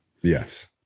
Yes